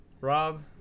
Rob